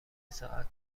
ساعت